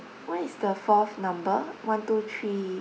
what is the fourth number one two three